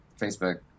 Facebook